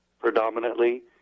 predominantly